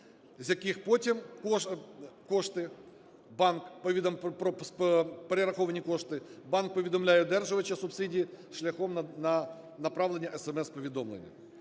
банк… про перераховані кошти банк повідомляє одержувача субсидії шляхом направлення SMS-повідомлення.